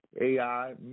AI